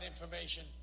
information